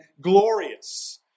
glorious